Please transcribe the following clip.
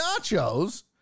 nachos